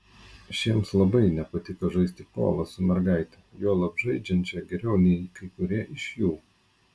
šiems labai nepatiko žaisti polą su mergaite juolab žaidžiančia geriau nei kai kurie iš jų